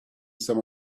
some